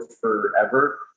forever